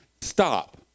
stop